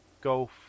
golf